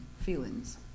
feelings